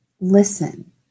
listen